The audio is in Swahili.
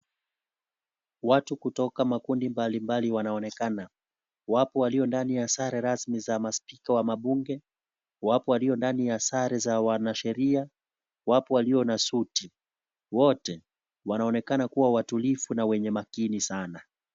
Watu kutoka makundi mbali mbali wanaonekana. Wapo walio ndani ya sare rasmi za maspika wa mabunge. Wapo walio ndani ya sare za wanasheria. Wapo walio na suti. Wote, wanaonekana kuwa watulifu na wenye makini sana.